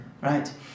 right